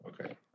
Okay